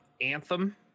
Anthem